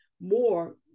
more